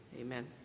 Amen